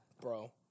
bro